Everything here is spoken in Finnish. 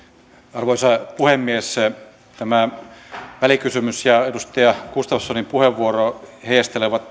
arvoisa puhemies tämä välikysymys ja edustaja gustafssonin puheenvuoro heijastelevat